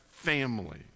family